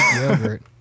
yogurt